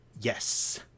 yes